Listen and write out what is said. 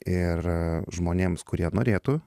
ir žmonėms kurie norėtų